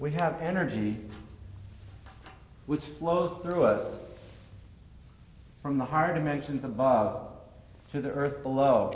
we have energy which flows through us from the higher dimensions and bob to the earth below